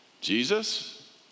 Jesus